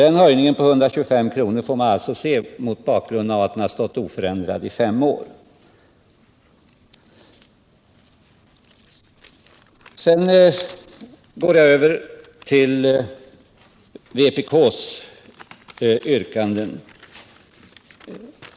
Och höjningen får ses mot bakgrund av att beloppsgränsen 1000 kr. har stått oförändrad i fem år. Sedan skall jag gå över till vpk:s yrkanden.